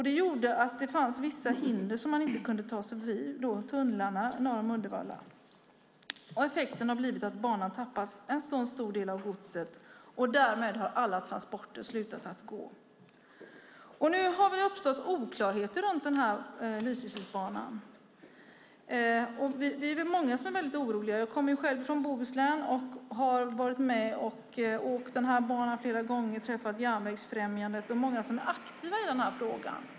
Det gjorde att det fanns vissa hinder som man inte kunde ta sig förbi, det vill säga tunnlarna norr om Uddevalla. Effekten har blivit att banan har tappat en stor del av godset. Därmed har alla transporter slutat att gå. Nu har det uppstått oklarheter runt Lysekilsbanan. Vi är många som är väldigt oroliga. Jag kommer själv från Bohuslän och har åkt den här banan flera gånger. Jag har träffat Järnvägsfrämjandet och många som är aktiva i den här frågan.